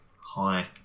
Hi